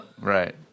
Right